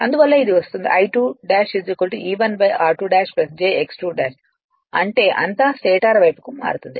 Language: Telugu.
అందువల్ల ఇది వస్తోంది I2 ' E1 r2' j X 2 'అంటే అంతా స్టేటర్ వైపుకు మారుతుంది